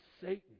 Satan